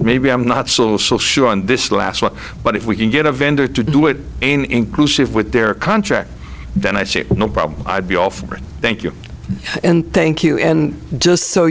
maybe i'm not so sure on this last one but if we can get a vendor to do it in inclusive with their contract then i'd say no problem i'd be all for it thank you and thank you and just so